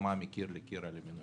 הסכמה מקיר לקיר על המינוי.